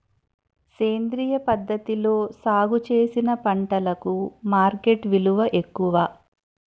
సేంద్రియ పద్ధతిలో సాగు చేసిన పంటలకు మార్కెట్ విలువ ఎక్కువ